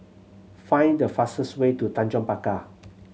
find the fastest way to Tanjong Pagar